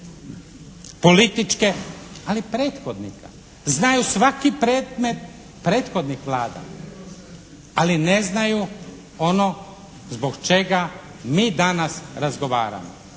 političke, ali prethodnika. Znaju svaki predmet prethodnih Vlada, ali ne znaju ono zbog čega mi danas razgovaramo